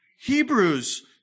Hebrews